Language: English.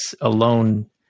alone